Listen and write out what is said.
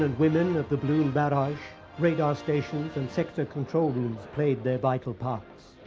and women of the blue barrage, radar stations, and sector control news played their vital parts.